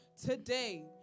today